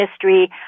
history